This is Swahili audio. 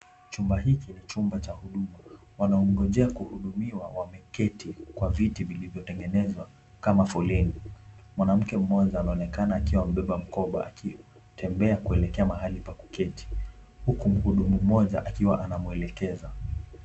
Chumba hiki ni chumba cha huduma. Wanaongojea kuhudumiwa wameketi kwa viti vilivyo tengenezwa kama foleni. Mwanamke mmoja anaonekana akiwa amebeba mkoba akitembea kuelekea mahali pa kuketi. Huku mhudumu mmoja akiwa anamwelekeza.